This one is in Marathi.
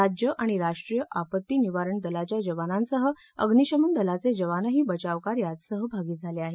राज्य आणि राष्ट्रीय आपत्ती निवारण दलाच्या जवनांसह अग्नीशमन दलाचे जवानही बचावकार्यात सहभागी झाले आहेत